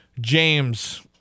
James